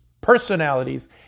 personalities